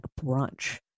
brunch